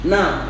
Now